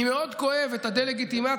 אני מאוד כואב את הדה-לגיטימציה,